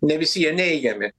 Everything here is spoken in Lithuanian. ne visi jie neigiami